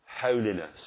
holiness